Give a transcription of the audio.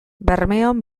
bermeon